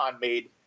made